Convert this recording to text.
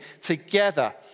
together